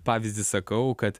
pavyzdį sakau kad